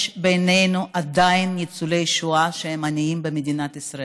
יש בינינו עדיין ניצולי שואה שהם עניים במדינת ישראל,